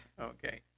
okay